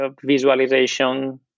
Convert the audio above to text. visualization